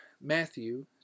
Matthew